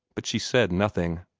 but she said nothing.